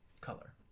color